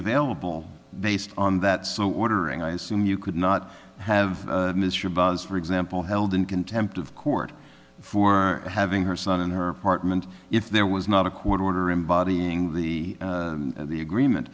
available based on that so ordering i assume you could not have mr buzz for example held in contempt of court for having her son in her apartment if there was not a quarter order embodying the agreement